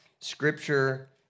Scripture